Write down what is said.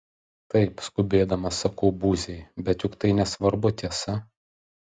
taip skubėdamas sakau buziai bet juk tai nesvarbu tiesa